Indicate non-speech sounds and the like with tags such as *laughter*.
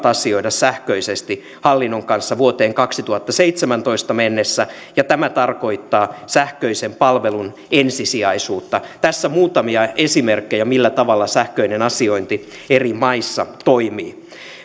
*unintelligible* asioida sähköisesti hallinnon kanssa vuoteen kaksituhattaseitsemäntoista mennessä ja tämä tarkoittaa sähköisen palvelun ensisijaisuutta tässä muutamia esimerkkejä millä tavalla sähköinen asiointi eri maissa toimii